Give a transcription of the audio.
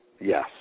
Yes